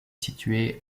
situé